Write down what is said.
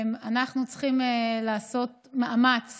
אנחנו צריכים לעשות מאמץ